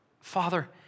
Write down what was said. Father